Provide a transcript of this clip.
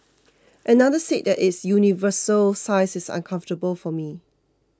another said that its universal size is uncomfortable for me